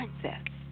princess